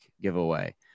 giveaway